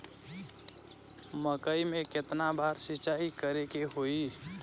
मकई में केतना बार सिंचाई करे के होई?